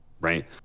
Right